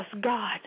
God